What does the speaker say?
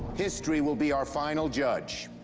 history will be our final judge,